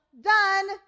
done